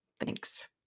Thanks